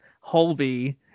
Holby